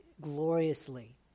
gloriously